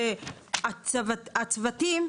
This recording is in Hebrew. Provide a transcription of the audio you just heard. זה שהצוותים,